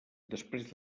després